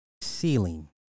ceiling